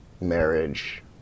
marriage